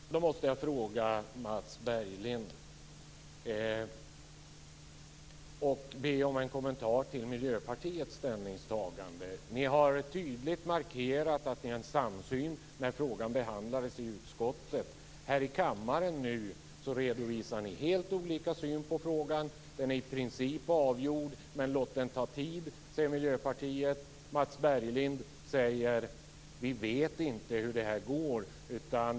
Fru talman! Då måste jag ställa en fråga till Mats Berglind och be om en kommentar till Miljöpartiets ställningstagande. Ni har tydligt markerat att ni haft en samsyn när frågan behandlades i utskottet. Här i kammaren redovisar ni nu helt olika syn på frågan. Den är i princip avgjord men låt den ta tid, säger Miljöpartiet. Mats Berglind säger: Vi vet inte hur det här går.